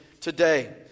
today